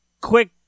quick